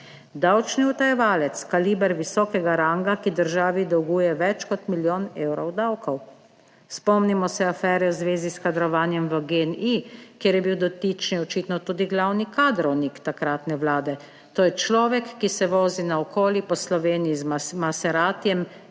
Davčni utajevalec, kaliber visokega ranga, ki državi dolguje več kot milijon evrov davkov. Spomnimo se afere v zvezi s kadrovanjem v GEN-I, kjer je bil dotični očitno tudi glavni kadrovnik takratne vlade. To je človek, ki se vozi naokoli po Sloveniji z Maseratijem,